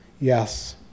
Yes